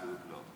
לא.